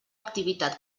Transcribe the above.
activitat